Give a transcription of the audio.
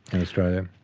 in australia.